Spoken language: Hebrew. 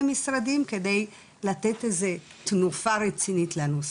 משרדים כדי לתת איזו תנופה רצינית לנושא.